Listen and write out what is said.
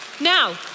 now